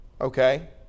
Okay